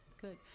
good